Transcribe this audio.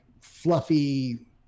fluffy